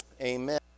Amen